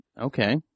Okay